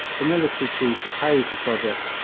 the military chiefs opposed the project,